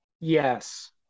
Yes